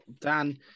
Dan